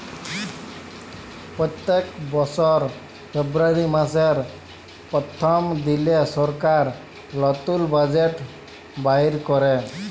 প্যত্তেক বসর ফেব্রুয়ারি মাসের পথ্থম দিলে সরকার লতুল বাজেট বাইর ক্যরে